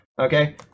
okay